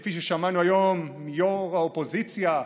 כפי ששמענו היום מיו"ר האופוזיציה,